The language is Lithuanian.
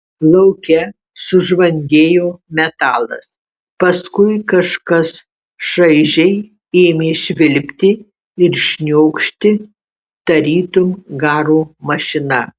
lauke sužvangėjo metalas paskui kažkas šaižiai ėmė švilpti ir šniokšti tarytum garo mašina